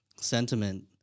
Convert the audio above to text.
sentiment